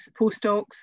postdocs